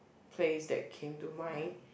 place that came to mind